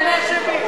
גם בזה אנחנו אשמים?